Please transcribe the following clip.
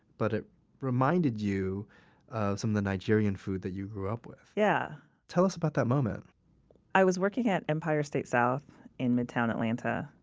but it reminded you of some of the nigerian food that you grew up with. yeah tell us about that moment i was working at empire state south in midtown atlanta,